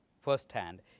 firsthand